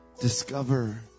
discover